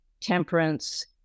Temperance